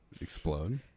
Explode